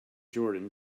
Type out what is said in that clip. jordan